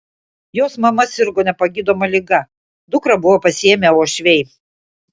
jos mama sirgo nepagydoma liga dukrą buvo pasiėmę uošviai